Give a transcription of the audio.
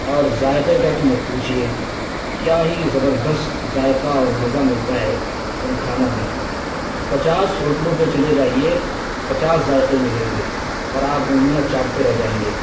اور ذائقے کا تو مت پوچھیے کیا ہی زبردست ذائقہ اور مزہ ملتا ہے ان کھانوں میں پچاس ہوٹلوں پہ چلے جائیے پچاس ذائقے ملیں گے اور آپ انگلیاں چاٹتے رہ جائیں گے